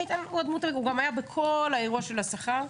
איתן היה גם בכל האירוע של השכר,